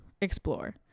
explore